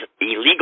illegal